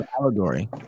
allegory